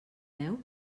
deu